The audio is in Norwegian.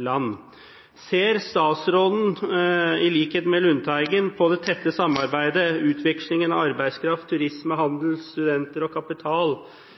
land. Ser statsråden – i likhet med Lundteigen – på det tette samarbeidet, utvekslingen av arbeidskraft, turisme, handel, studenter og kapital